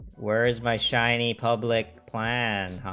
where is my shiny public plan,